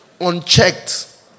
Unchecked